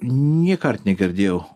nėkart negirdėjau